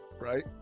Right